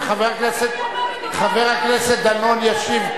תקראי על מה מדובר, חבר הכנסת דנון ישיב.